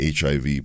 HIV